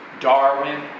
Darwin